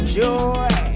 joy